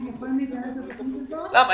הם יכולים להיכנס לתוכנית הזאת יחד עם תוכנית הבראה.